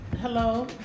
Hello